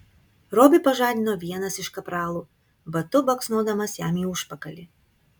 robį pažadino vienas iš kapralų batu baksnodamas jam į užpakalį